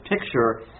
picture